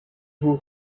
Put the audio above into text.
who